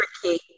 tricky